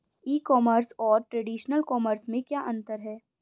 ई commerce और traditional commerce में क्या अंतर है?